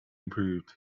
improved